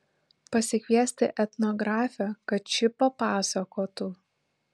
pasikviesti etnografę kad ši papasakotų